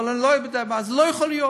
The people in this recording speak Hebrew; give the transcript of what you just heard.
אבל זה לא יכול להיות.